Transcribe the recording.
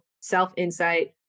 self-insight